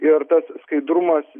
ir tas skaidrumas